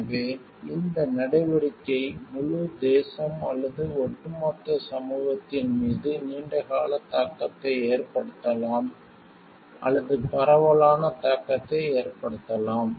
எனவே இந்த நடவடிக்கை முழு தேசம் அல்லது ஒட்டுமொத்த சமூகத்தின் மீது நீண்ட கால தாக்கத்தை ஏற்படுத்தலாம் அல்லது பரவலான தாக்கத்தை ஏற்படுத்தலாம்